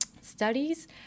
studies